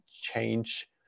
change